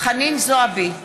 חנין זועבי,